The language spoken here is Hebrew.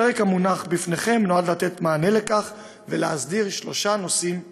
הפרק המונח בפניכם נועד לתת מענה לכך ולהסדיר שלושה נושאים עיקריים.